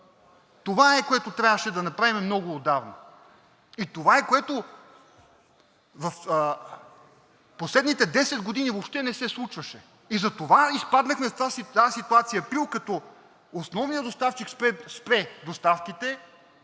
Това е, което трябваше да направим много отдавна, и това е, което в последните 10 години въобще не се случваше, и затова изпаднахме в тази ситуация април, като основният доставчик спре доставките,